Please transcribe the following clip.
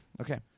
Okay